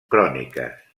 cròniques